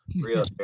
Real